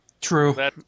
True